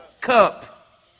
cup